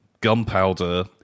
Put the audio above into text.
gunpowder